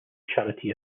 charity